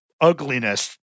ugliness